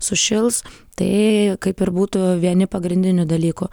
sušils tai kaip ir būtų vieni pagrindinių dalykų